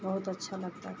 बहुत अच्छा लगता